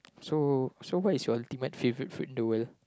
so so what is your ultimate favourite food in the world